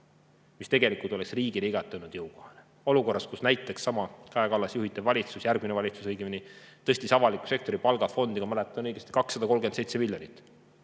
mis tegelikult oleks riigile igati jõukohane, olukorras, kus näiteks sama Kaja Kallase juhitud valitsus, järgmine valitsus õigemini, tõstis avaliku sektori palgafondi, kui ma mäletan õigesti, 237 miljoni